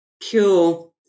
cure